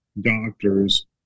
doctors